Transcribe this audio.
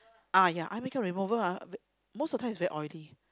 ah ya eye maker remover ah very most of time is very oily